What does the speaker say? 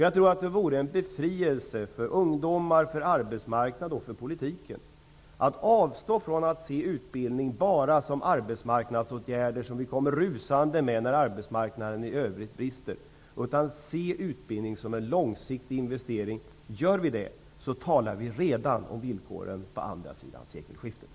Jag tror att det vore en befrielse för ungdomar, arbetsmarknad och för politiken om vi avstod från att se utbildningen bara som en arbetsmarknadsåtgärd som vi kommer rusande med när arbetsmarknaden i övrigt brister. Utbildningen skall i stället ses som en långsiktig investering. Gör vi det, talar vid redan om villkoren på andra sidan sekelskiftet.